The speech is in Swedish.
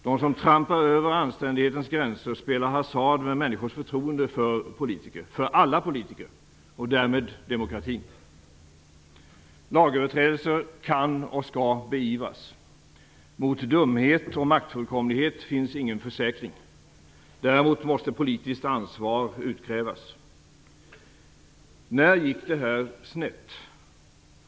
De som trampar över anständighetens gränser spelar hasard med människors förtroende för politiker - för alla politiker, och därmed för demokratin. Lagöverträdelser kan och skall beivras. Mot dumhet och maktfullkomlighet finns ingen försäkring. Däremot måste politiskt ansvar utkrävas. När gick det snett?